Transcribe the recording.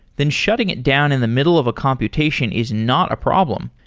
then shutting it down in the middle of a computation is not a problem.